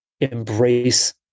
embrace